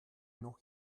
noch